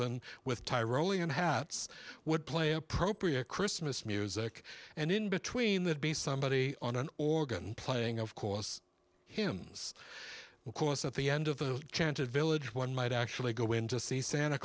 and with tyrolean hats would play appropriate christmas music and in between that be somebody on an organ playing of course him because at the end of the chanted village one might actually go in to see santa